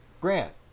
grant